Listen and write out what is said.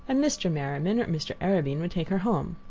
and mr. merriman or mr. arobin would take her home.